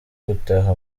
gutaha